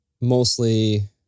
Mostly